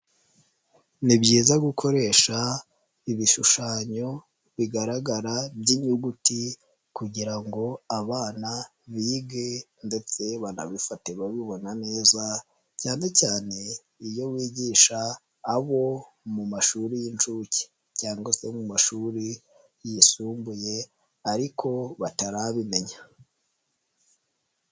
Ni byiza gukoresha ibishushanyo bigaragara by'inyuguti kugira ngo abana bige ndetse banabifate babibona neza cyane cyane iyo bigisha abo mu mashuri y'inshuke cyangwa se mu mashuri yisumbuye ariko batarabimenya.